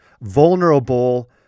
vulnerable